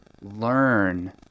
Learn